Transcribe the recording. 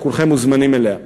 וכולכם מוזמנים אליה.